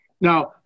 Now